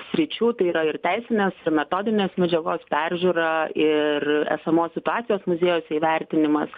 sričių tai yra ir teisinės metodinės medžiagos peržiūra ir esamos situacijos muziejuose įvertinimas